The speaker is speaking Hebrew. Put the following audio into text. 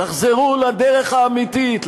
תחזרו לדרך האמיתית,